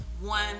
one